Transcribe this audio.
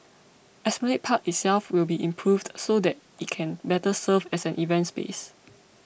Esplanade Park itself will be improved so that it can better serve as an event space